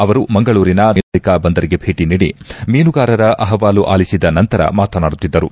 ಅವರು ಮಂಗಳೂರಿನ ಧಕ್ಕೆ ಮೀನುಗಾರಿಕಾ ಬಂದರಿಗೆ ಭೇಟ ನೀಡಿ ಮೀನುಗಾರರ ಅಹವಾಲು ಆಲಿಸಿದ ನಂತರ ಮಾತನಾಡುತ್ತಿದ್ದರು